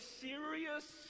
serious